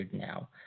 now